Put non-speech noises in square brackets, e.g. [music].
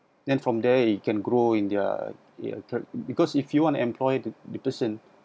then from there you can grow in their uh [noise] because if you want employ the the person